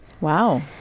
wow